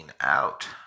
out